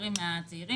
המבוגרים מהצעירים.